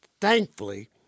Thankfully